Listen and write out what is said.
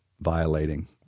violating